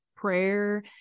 prayer